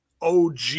og